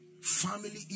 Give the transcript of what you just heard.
Family